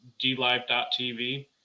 DLive.TV